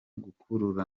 gukurura